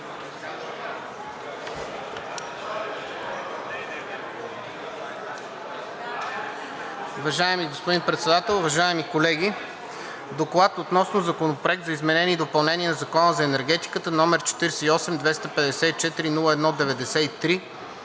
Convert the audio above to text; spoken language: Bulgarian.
Уважаеми господин Председател, уважаеми колеги! „ДОКЛАД относно Законопроект за изменение и допълнение на Закона за енергетиката, № 48-254-01-93,